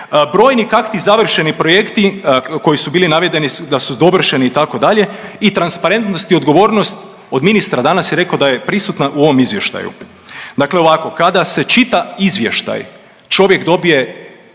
brojni, kak'ti, završeni projekti koji su bili navedeni da su dovršeni, itd., i transparentnost i odgovornost od ministra danas je rekao da je prisutna u ovom Izvještaju. Dakle ovako, kada se čita izvještaj, čovjek dobije osjećaj